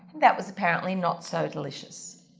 that was apparently not so delicious.